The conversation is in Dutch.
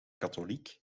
katholiek